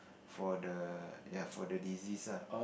for the ya for the deceased ah